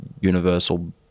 universal